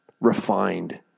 refined